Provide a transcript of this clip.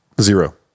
zero